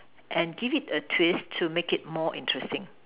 and give it a twist to make it more interesting